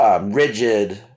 rigid